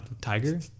tiger